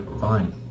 fine